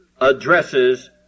addresses